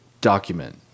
document